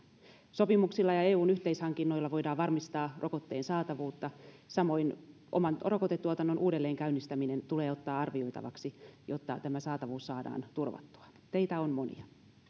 sopimuksilla ja eun yhteishankinnoilla voidaan varmistaa rokotteen saatavuutta ja samoin oman rokotetuotannon uudelleenkäynnistäminen tulee ottaa arvioitavaksi jotta saatavuus saadaan turvattua teitä on monia